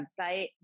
website